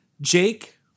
Jake